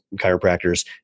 chiropractors